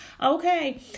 Okay